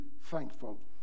thankful